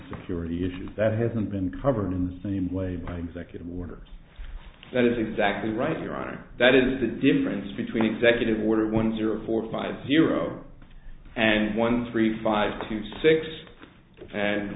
security issues that hasn't been covered in the same way by executive orders that is exactly right your honor that is the difference between executive order one zero four five zero and one three five two six and